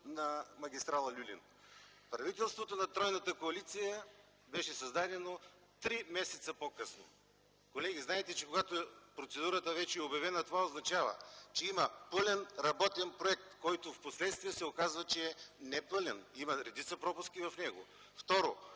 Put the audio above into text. на магистрала „Люлин”. Правителството на тройната коалиция беше създадено три месеца по-късно. Колеги, знаете, че когато процедурата вече е обявена, това означава, че има пълен работен проект, който впоследствие се оказа, че не е пълен, в него има редица пропуски. Второ,